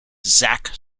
zach